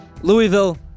Louisville